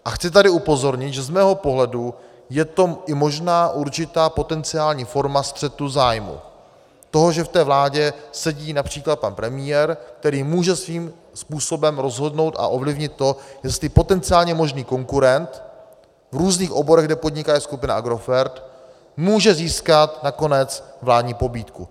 A chci tady upozornit, že z mého pohledu je to i možná určitá potenciální forma střetu zájmů, to, že v té vládě sedí například pan premiér, který může svým způsobem rozhodnout a ovlivnit to, jestli potenciálně možný konkurent v různých oborech, kde podniká skupina Agrofert, může získat nakonec vládní pobídku.